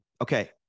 Okay